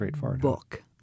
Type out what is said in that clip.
book